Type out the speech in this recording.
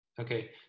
Okay